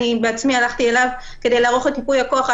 אני בעצמי הלכתי אליו כדי לערוך את ייפוי הכוח,